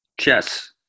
Chess